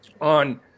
on